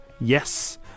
Yes